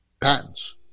patents